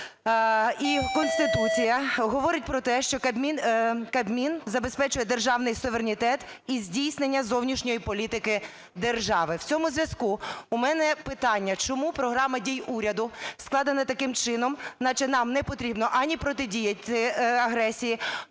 і Конституція говорять про те, що Кабмін забезпечує державний суверенітет і здійснення зовнішньої політики держави. В цьому зв'язку у мене питання: чому Програма дій уряду складена таким чином, наче нам не потрібно ані протидіяти агресії,